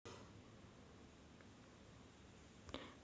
पावसाळ्यामुळे शेतकरी चांगल्या पिकाचे स्वप्न पाहतात